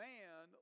Man